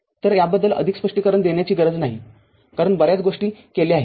तर याबद्दल अधिक स्पष्टीकरण देण्याची गरज नाही कारण बर्याच गोष्टी केल्या आहेत